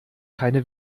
keine